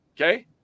okay